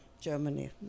Germany